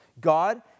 God